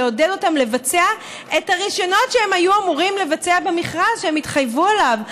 לבצע את הרישיונות שהם היו אמורים לבצע במכרז שהם התחייבו עליו.